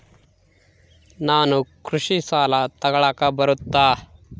ನಾನು ಕೃಷಿ ಸಾಲ ತಗಳಕ ಬರುತ್ತಾ?